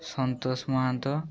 Santosh Mahanta